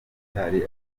gitari